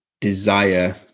desire